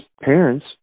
parents